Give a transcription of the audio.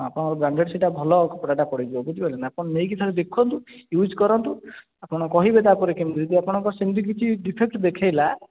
ଆପଣଙ୍କ ବ୍ରାଣ୍ଡେଡ଼୍ ସେଇଟା ଭଲ କପଡ଼ାଟା ପଡ଼ିଯିବ ବୁଝିପାରିଲେ ନା ଆପଣ ନେଇକି ଥରେ ଦେଖନ୍ତୁ ୟୁଜ୍ କରନ୍ତୁ ଆପଣ କହିବେ ତା'ପରେ କେମିତି ହୋଇଛି ଆପଣଙ୍କର ସେମିତି କିଛି ଡିଫେକ୍ଟ୍ ଦେଖାଇଲା